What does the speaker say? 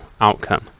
outcome